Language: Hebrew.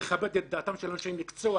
לכבד את דעתם של אנשי מקצוע,